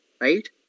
Right